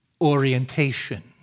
orientation